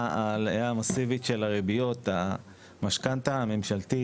המאסיבית של הריביות המשכנתא הממשלתי,